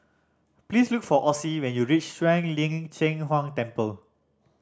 please look for Ossie when you reach Shuang Lin Cheng Huang Temple